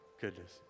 goodness